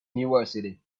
university